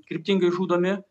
kryptingai žudomi